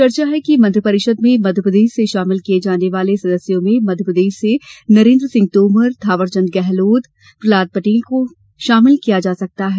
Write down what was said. चर्चा है कि मंत्रिपरिषद में मध्यप्रदेश से शामिल किये जाने वाले सदस्यों में मध्यप्रदेश से नरेन्द्र सिंह तोमर थावरचंद गेहलोत प्रहलाद पटेल को शाभिल किया जा सकता है